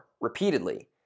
repeatedly